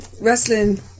wrestling